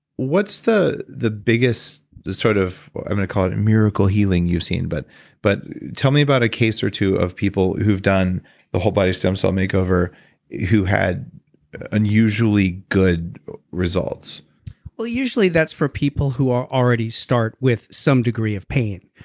what's the the biggest sort of i'm going to call it a miracle healing you've seen? but but tell me about a case or two of people who've done the whole-body stem cell makeover who had unusually good results well usually that's for people who are already start with some degree of pain.